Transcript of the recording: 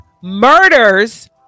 murders